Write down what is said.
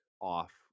off